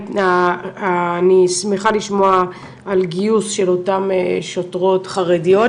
אני שמחה לשמוע על גיוס של אותן שוטרות חרדיות,